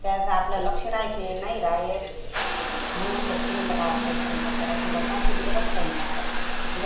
त्याचं आपलं लक्ष राहते नाही रहात म्हणून त्या शिलेंडरावर काही स्वयंपाक करत नाही बप्पा चुलीवरच स्वयंपाक करते